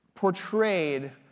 portrayed